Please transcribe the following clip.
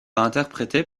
interprétée